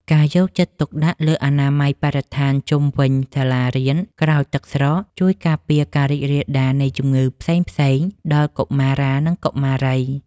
ការយកចិត្តទុកដាក់លើអនាម័យបរិស្ថានជុំវិញសាលារៀនក្រោយទឹកស្រក ជួយការពារការរីករាលដាលនៃជំងឺផ្សេងៗដល់កុមារានិងកុមារី។